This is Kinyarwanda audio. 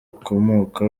akomoka